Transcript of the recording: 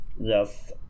yes